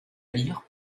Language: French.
lire